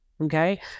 Okay